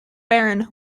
baron